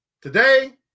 Today